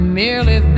merely